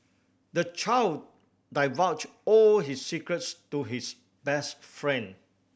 the child divulged all his secrets to his best friend